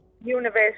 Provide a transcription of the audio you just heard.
Universe